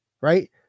right